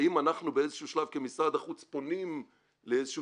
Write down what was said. האם אנחנו באיזה שהוא שלב פונים לאיזה שהוא